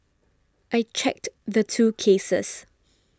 I checked the two cases